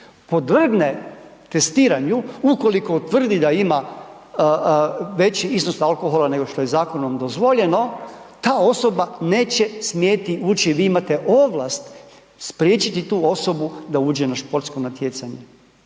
podvrgne testiranju ukoliko utvrdi da ima veći iznos alkohola nego što je zakonom dozvoljeno, ta osoba neće smjeti ući, vi imate ovlast spriječiti tu osobu da uđe na športsko natjecanje